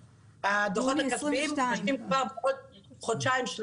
הדוחות הכספיים מוגשים כבר בעוד חודשיים-שלושה.